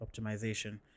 optimization